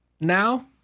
now